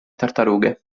tartarughe